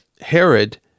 Herod